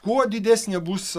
kuo didesnė bus